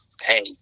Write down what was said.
hey